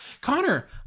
Connor